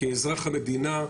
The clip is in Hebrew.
כאזרח המדינה,